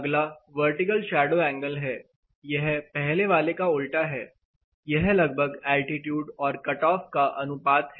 अगला vertical shadow angle है यह पहले वाले का उल्टा है यह लगभग एल्टीट्यूड और कटऑफ का अनुपात है